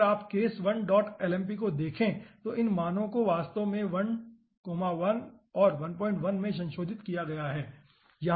लेकिन अगर आप case1 lmp को देखें तो इन मानों को वास्तव में 1 1 और 15 में संशोधित किया गया है